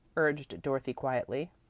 urged dorothy quietly,